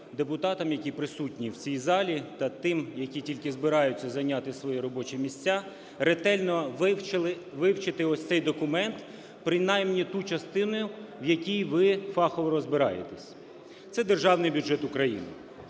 депутатам, які присутній в цій залі, та тим, які тільки збираються зайняти свої робочі місця, ретельно вивчити ось цей документ принаймні ту частину, в якій ви фахово розбираєтесь, – це Державний бюджет України.